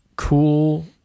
Cool